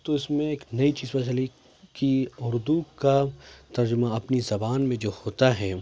تو اس میں ایک نئی چیز پتہ چلی کہ اردو کا ترجمہ اپنی زبان میں جو ہوتا ہے